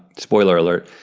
spoiler alert,